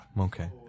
Okay